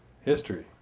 History